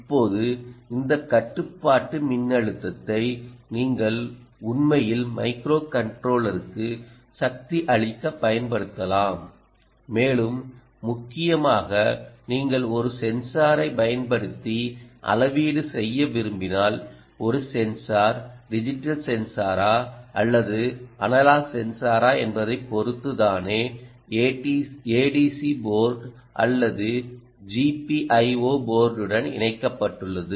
இப்போது இந்த கட்டுப்பாட்டு மின்னழுத்தத்தை நீங்கள் உண்மையில் மைக்ரோகண்ட்ரோலருக்கு சக்தி அளிக்க பயன்படுத்தலாம் மேலும் முக்கியமாக நீங்கள் ஒரு சென்சாரை பயன்படுத்தி அளவீடு செய்ய விரும்பினால் ஒரு சென்சார் டிஜிட்டல் சென்சாரா அல்லது அனலாக் சென்சாரா என்பதைப் பொறுத்து தானே ஏடிசி போர்ட் அல்லது ஜிபிஐஓ போர்ட்டுடன் இணைக்கப்பட்டுள்ளது